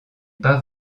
pas